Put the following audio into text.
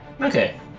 Okay